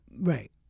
Right